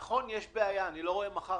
נכון, יש בעיה, אני לא רואה איך מחר